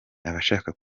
abashaka